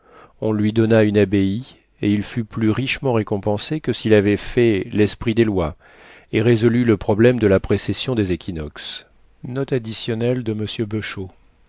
on lui donna une abbaye et il fut plus richement récompensé que s'il avait fait l'esprit des lois et résolu le problème de la précession des équinoxes